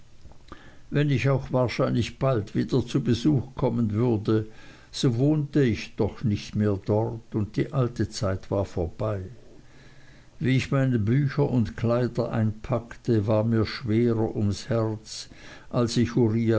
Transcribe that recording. wenn ich auch wahrscheinlich bald wieder zu besuch kommen würde so wohnte ich doch nicht mehr dort und die alte zeit war vorbei wie ich meine bücher und kleider einpackte war mir schwerer ums herz als ich uriah